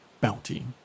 Bounty